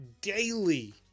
daily